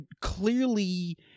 clearly